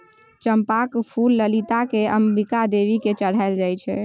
चंपाक फुल ललिता आ अंबिका देवी केँ चढ़ाएल जाइ छै